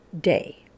day